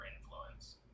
influence